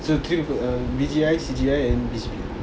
to three paper uh B_G_I C_G_I and B_C_P